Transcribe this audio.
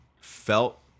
felt